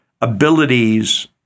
abilities